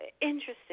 interesting